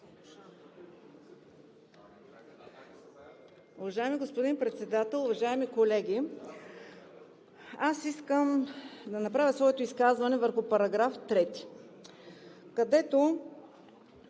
Уважаеми господин Председател, уважаеми колеги! Искам да направя своето изказване върху § 3, където